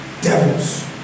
devils